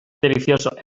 delicioso